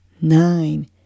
nine